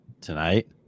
tonight